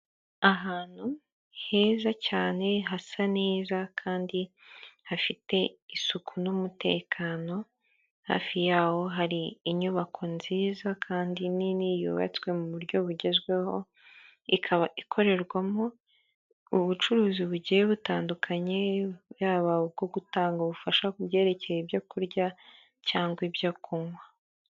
Ahantu heza cyane hasa neza kandi hafite isuku n'umutekano, hafi yaho hari inyubako nziza kandi nini yubatswe mu buryo bugezweho, ikaba ikorerwamo ubucuruzi bugiye butandukanye, yaba ubwo gutanga ubufasha ku byerekeye ibyo kurya cyangwa ibyo kunywa.